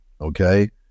okay